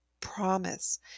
promise